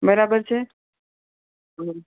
બરાબર છે